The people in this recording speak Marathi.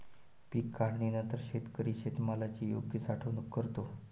पीक काढणीनंतर शेतकरी शेतमालाची योग्य साठवणूक करतो